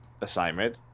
assignment